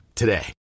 today